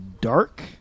dark